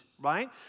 right